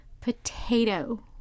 potato